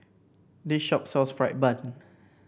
this shop sells fried bun